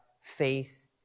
faith